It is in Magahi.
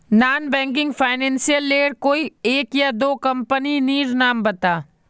नॉन बैंकिंग फाइनेंशियल लेर कोई एक या दो कंपनी नीर नाम बता?